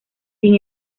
sin